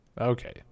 Okay